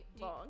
long